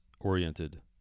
oriented